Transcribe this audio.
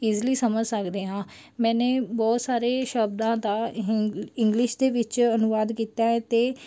easily ਸਮਝ ਸਕਦੇ ਹਾਂ ਮੈਨੇ ਬਹੁਤ ਸਾਰੇ ਸ਼ਬਦਾਂ ਦਾ ਹਿੰਗ ਇੰਗਲਿਸ਼ ਦੇ ਵਿੱਚ ਅਨੁਵਾਦ ਕੀਤਾ ਹੈ ਅਤੇ